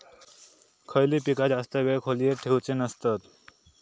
खयली पीका जास्त वेळ खोल्येत ठेवूचे नसतत?